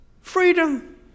freedom